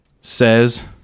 says